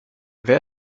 wer